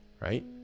right